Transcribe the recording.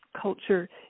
culture